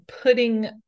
Putting